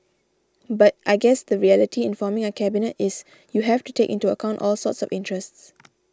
but I guess the reality in forming a cabinet is you have to take into account all sorts of interests